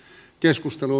keskustelu